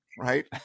right